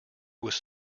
was